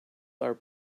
are